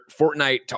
Fortnite